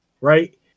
right